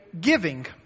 giving